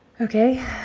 Okay